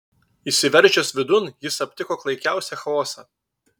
įsiveržęs vidun jis aptiko klaikiausią chaosą